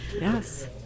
yes